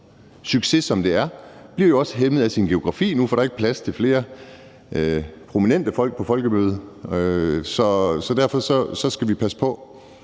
succes, som det er, bliver jo også hæmmet af sin geografi nu, fordi der ikke er plads til flere prominente folk på Folkemødet. Så derfor skal vi passe på,